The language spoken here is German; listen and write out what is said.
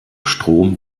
strom